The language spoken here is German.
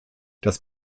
das